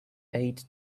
eight